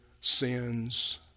sins